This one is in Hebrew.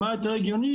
מה יותר הגיוני,